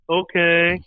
okay